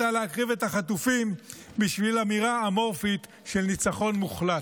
להקריב את החטופים בשביל אמירה אמורפית של ניצחון מוחלט.